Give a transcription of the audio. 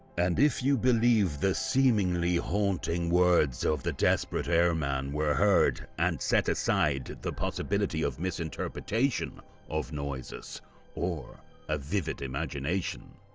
and if you believe the seemingly haunting words of the desperate airman were heard, and set aside the possibility of misinterpretation of noises or a vivid imagination,